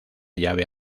llave